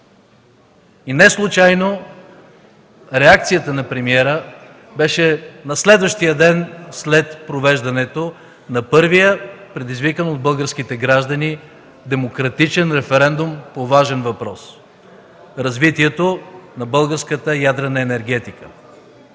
Неслучайно реакцията на премиера беше на следващия ден след провеждането на първия, предизвикан от българските граждани, демократичен референдум по важен въпрос – развитието на българската ядрена енергетика.